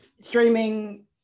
streaming